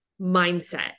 mindset